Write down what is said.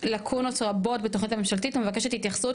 לקונות רבות בתוכנית הממשלתית ומבקשת התייחסות